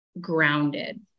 grounded